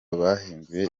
bahinduye